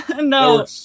No